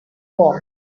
want